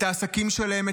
את העסקים שלהם,